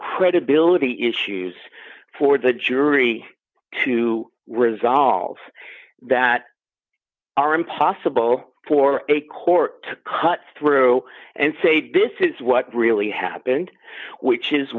credibility issues for the jury to resolve that are impossible for a court cut through and say this is what really happened which is